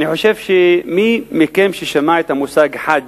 אני חושב שמי מכם ששמע את המושג חאג',